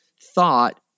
thought